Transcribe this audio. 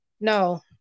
No